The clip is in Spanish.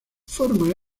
forma